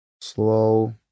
slow